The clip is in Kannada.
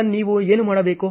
ಈಗ ನೀವು ಏನು ಮಾಡಬೇಕು